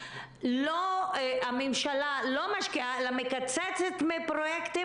הממשלה לא משקיעה אלא מקצצת מפרויקטים